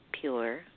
pure